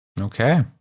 Okay